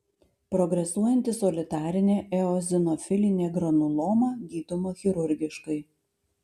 progresuojanti solitarinė eozinofilinė granuloma gydoma chirurgiškai